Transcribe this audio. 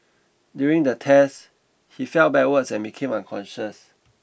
during the test he fell backwards and became unconscious